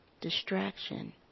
distraction